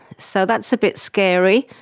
so that's a bit scary.